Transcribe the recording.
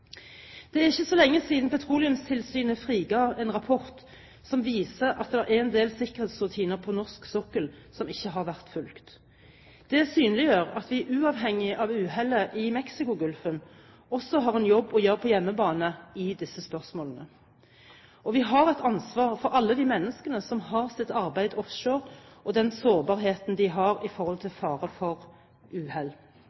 Det er ikke så lenge siden Petroleumstilsynet friga en rapport som viser at det er en del sikkerhetsrutiner på norsk sokkel som ikke har vært fulgt. Det synliggjør at vi uavhengig av uhellet i Mexicogolfen også har en jobb å gjøre på hjemmebane i disse spørsmålene. Og vi har et ansvar for alle de menneskene som har sitt arbeid offshore og den sårbarheten de har i forhold